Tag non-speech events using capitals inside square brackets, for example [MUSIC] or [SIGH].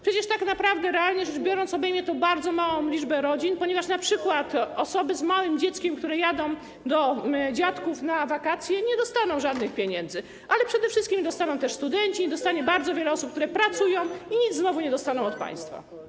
Przecież tak naprawdę, realnie rzecz biorąc, obejmie to bardzo małą liczbę rodzin, ponieważ np. osoby z małym dzieckiem, które jadą do dziadków na wakacje, nie dostaną żadnych pieniędzy, a przede wszystkim nie dostaną ich studenci, [NOISE] nie dostanie ich też bardzo wiele osób, które pracują i znowu nic nie dostaną od państwa.